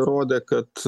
rodė kad